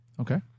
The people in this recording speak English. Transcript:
okay